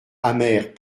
amères